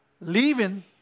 Leaving